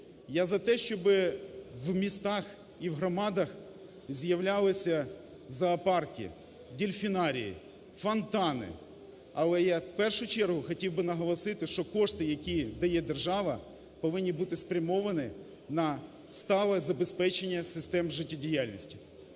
Я за те, щоб в містах і громадах з'являлися зоопарки, дельфінарії, фонтани, але я, в першу чергу, хотів наголосити, що кошти, які дає держава повинні бути спрямовані на стале забезпечення систем життєдіяльності.